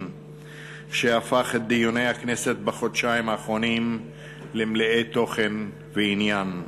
שהפך את דיוני הכנסת בחודשים האחרונים למלאי תוכן ועניין.